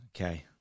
Okay